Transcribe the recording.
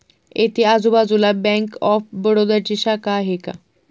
इथे आजूबाजूला bank of बडोदाची शाखा आहे का?